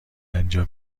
اینجا